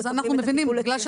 מקבלים את הטיפול אצלם.